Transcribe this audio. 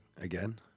again